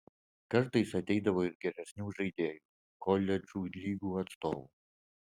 kartais ateidavo ir geresnių žaidėjų koledžų lygų atstovų